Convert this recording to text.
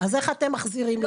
אז איך אתם מחזירים לה?